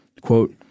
quote